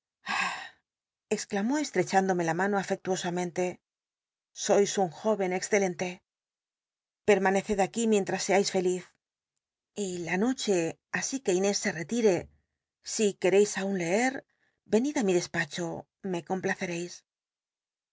exclamó estrechándome la mano afcrtuo amcntc sois un jó cn excelente permaneccll aquí mientras seais feliz y la no he así que inés se retire si quereis aun leer n nid i mi despacho me complacercis